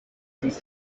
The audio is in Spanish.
sus